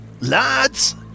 Lads